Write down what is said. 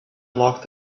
locked